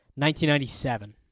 1997